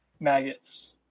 maggots